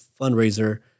fundraiser